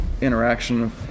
interaction